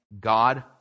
God